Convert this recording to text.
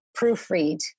proofread